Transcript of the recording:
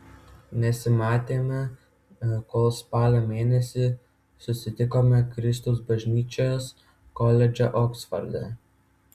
nesimatėme kol spalio mėnesį susitikome kristaus bažnyčios koledže oksforde